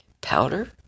powder